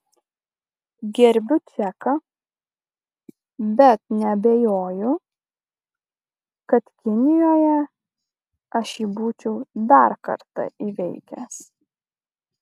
gerbiu čeką bet neabejoju kad kinijoje aš jį būčiau dar kartą įveikęs